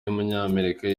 w’umunyamerika